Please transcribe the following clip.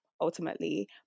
ultimately